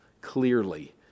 clearly